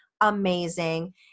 amazing